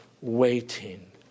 waiting